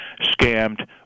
scammed